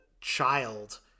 child